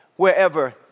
wherever